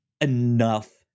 enough